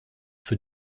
für